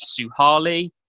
Suhali